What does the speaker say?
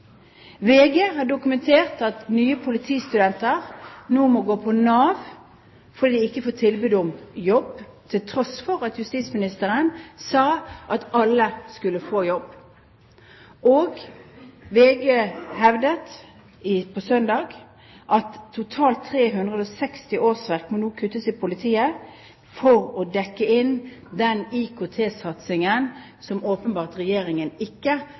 VG har dokumentert at nye politistudenter nå må gå til Nav fordi de ikke får tilbud om jobb, til tross for at justisministeren sa at alle skulle få jobb. VG hevdet søndag at totalt 360 årsverk nå må kuttes i politiet for å dekke inn den IKT-satsingen som Regjeringen åpenbart ikke